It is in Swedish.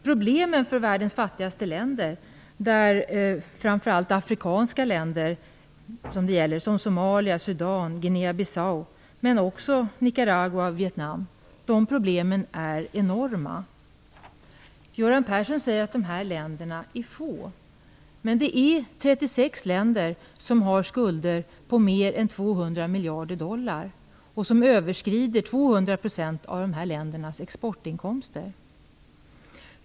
Problemen för världens fattigaste länder, framför allt afrikanska länder som Somalia, Sudan och Guinea-Bissau, men också Nicaragua och Vietnam, är enorma. Göran Persson säger att de här länderna är få, men det är 36 länder som har skulder på mer än 200 miljarder dollar och som överskrider 200 % av dessa länders exportinkomster.